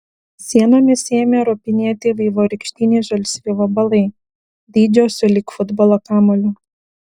sienomis ėmė ropinėti vaivorykštiniai žalsvi vabalai dydžio sulig futbolo kamuoliu